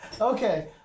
Okay